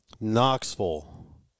Knoxville